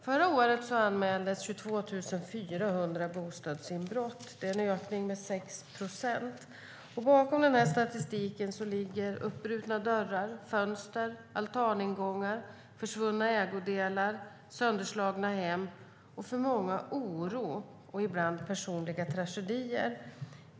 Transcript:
Förra året anmäldes 22 400 bostadsinbrott. Det är en ökning med 6 procent. Bakom statistiken ligger uppbrutna dörrar, fönster och altaningångar, försvunna ägodelar, sönderslagna hem och - för många - oro och ibland personliga tragedier.